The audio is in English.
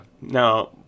Now